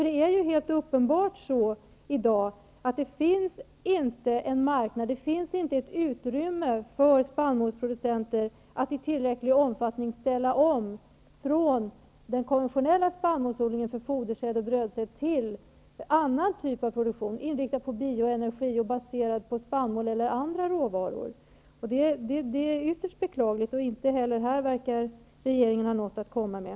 Det är helt uppenbart så att det i dag inte finns en marknad, inte finns ett utrymme för spannmålsproducenter att i tillräcklig omfattning ställa om från den konventionella spannmålsodlingen av fodersäd och brödsäd till annan produktion, inriktad på bioenergi och baserad på spannmål eller andra råvaror. Det är ytterst beklagligt. Inte heller här verkar regeringen ha något att komma med.